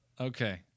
Okay